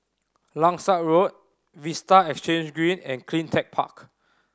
Langsat Road Vista Exhange Green and Cleantech Park